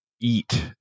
eat